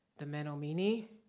the menominee,